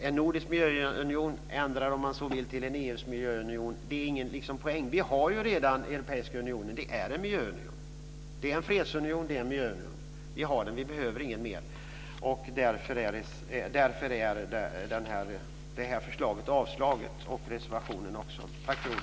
En nordisk miljöunion, eller om man så vill, en europeisk miljöunion, är det ingen poäng med. Vi har ju redan Europeiska unionen. Det är en miljöunion och en fredsunion. Vi behöver ingen mer. Därför har detta förslag och denna reservation avslagits.